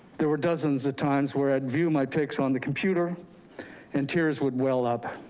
there were dozens of times where i'd view my pics on the computer and tears would well up.